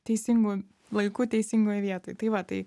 teisingu laiku teisingoj vietoj tai va tai